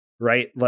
right